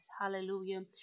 Hallelujah